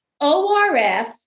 ORF